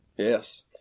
Yes